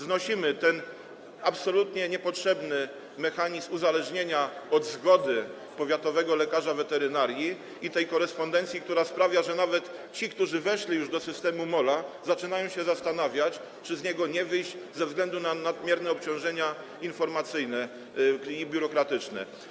Znosimy ten absolutnie niepotrzebny mechanizm uzależnienia od zgody powiatowego lekarza weterynarii i tę korespondencję, która sprawia, że nawet ci, którzy weszli już do systemu MOL, zaczynają się zastanawiać, czy z niego nie wyjść ze względu na nadmierne obciążenia informacyjne i biurokratyczne.